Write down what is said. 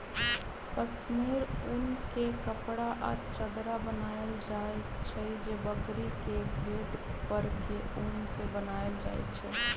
कस्मिर उन के कपड़ा आ चदरा बनायल जाइ छइ जे बकरी के घेट पर के उन से बनाएल जाइ छइ